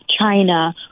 China